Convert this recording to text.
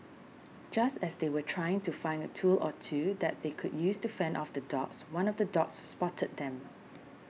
just as they were trying to find a tool or two that they could use to fend off the dogs one of the dogs spotted them